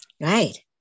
right